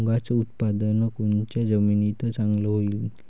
मुंगाचं उत्पादन कोनच्या जमीनीत चांगलं होईन?